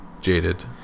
Jaded